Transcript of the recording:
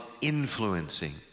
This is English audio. influencing